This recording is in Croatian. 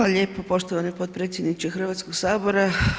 lijepo poštovani potpredsjedniče Hrvatskog sabora.